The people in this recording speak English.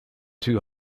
too